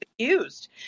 accused